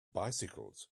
bicycles